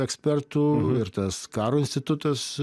ekspertų ir tas karo institutas